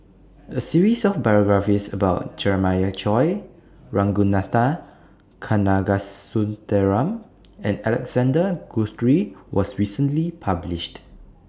A series of biographies about Jeremiah Choy Ragunathar Kanagasuntheram and Alexander Guthrie was recently published